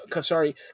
Sorry